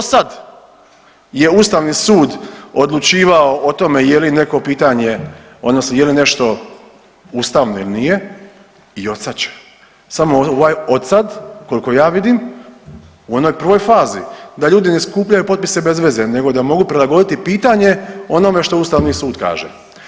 I dosad je Ustavni sud odlučivao o tome je li neko pitanje odnosno je li nešto ustavno ili nije i od sad će, samo ovaj od sad koliko ja vidim u onoj prvoj fazi da ljudi ne skupljaju potpise bez veze nego da mogu prilagoditi pitanje onome što Ustavni sud kaže.